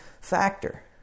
factor